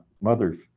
mother's